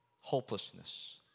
hopelessness